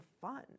fun